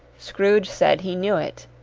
scrooge said he knew it.